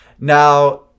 Now